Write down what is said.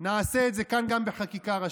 נעשה את זה כאן גם בחקיקה ראשית.